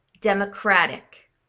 Democratic